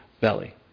belly